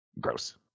Gross